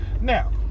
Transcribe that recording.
now